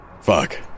Fuck